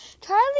Charlie